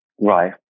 Right